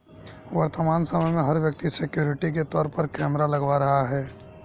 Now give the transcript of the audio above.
वर्तमान समय में, हर व्यक्ति सिक्योरिटी के तौर पर कैमरा लगवा रहा है